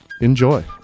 Enjoy